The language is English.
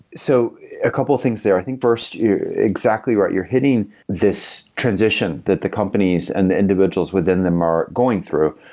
so a couple of things there. i think first, you're exactly right. you're hitting this transition that the companies and the individuals within them are going through,